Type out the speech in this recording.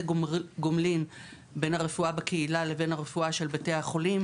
הגומלין בין הרפואה בקהילה לבין הרפואה של בתי החולים,